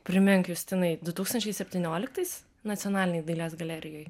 primink justinai du tūkstančiai septynioliktais nacionalinėj dailės galerijoj